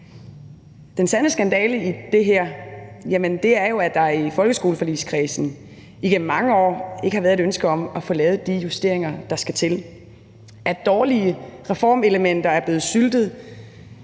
Den sande skandale i det her er, at der i folkeskoleforligskredsen igennem mange år ikke har været et ønske om at få lavet de justeringer, der skal til, at dårlige reformelementer er blevet syltet